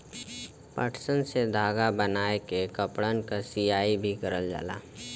पटसन से धागा बनाय के कपड़न क सियाई भी करल जाला